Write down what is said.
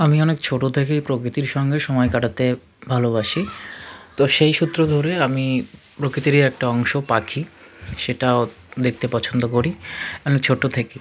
আমি অনেক ছোটো থেকেই প্রকৃতির সঙ্গে সময় কাটাতে ভালোবাসি তো সেই সূত্র ধরে আমি প্রকৃতিরই একটা অংশ পাখি সেটাও দেখতে পছন্দ করি আমি ছোটো থেকেই